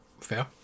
Fair